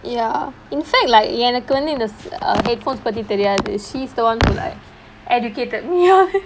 ya in fact like எனக்கு வந்து இந்த:enakku vanthu intha headphones பத்தி தெரியாது:paththi teriyaathu she's the [one] who like educated me all